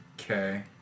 Okay